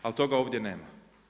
Ali toga ovdje nema.